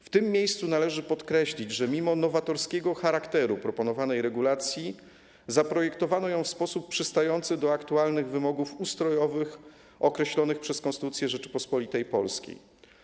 W tym miejscu należy podkreślić, że mimo nowatorskiego charakteru proponowanej regulacji zaprojektowano ją w sposób przystający do aktualnych wymogów ustrojowych określonych przez Konstytucję Rzeczypospolitej Polskiej.